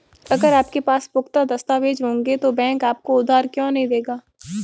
अगर आपके पास पुख्ता दस्तावेज़ होंगे तो बैंक आपको उधार क्यों नहीं देगा?